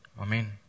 Amen